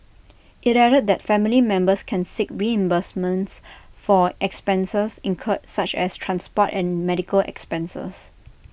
IT added that family members can seek reimbursements for expenses incurred such as transport and medical expenses